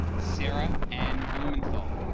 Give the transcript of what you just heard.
sarah and blumenthal